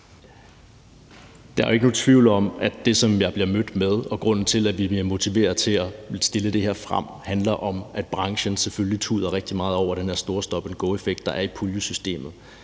Der er jo ikke nogen tvivl om, at det, som jeg bliver mødt med, og grunden til, at vi vil motivere ved at fremsætte det her, handler om, at branchen selvfølgelig tuder rigtig meget over den her store stop and go-effekt, der er i puljesystemet.